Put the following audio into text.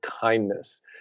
kindness